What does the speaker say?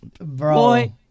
Bro